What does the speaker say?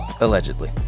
Allegedly